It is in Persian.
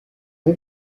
اون